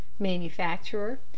manufacturer